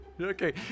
Okay